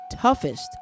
toughest